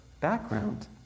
background